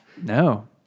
No